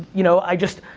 you know, i just,